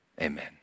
amen